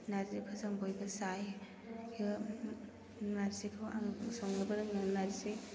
नारजिखौ जों बयबो जायो नारजिखौ आं संनोबो रोङो नारजि